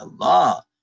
Allah